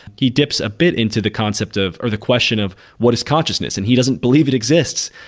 he dips a bit into the concept of, or the question of what is consciousness and he doesn't believe it exists.